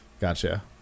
gotcha